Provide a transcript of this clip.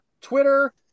Twitter